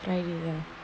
friday ya